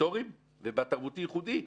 בפטורים ובתרבותי-ייחודי.